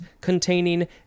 containing